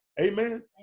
Amen